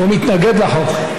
הוא מתנגד לחוק.